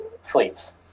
fleets